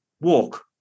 walk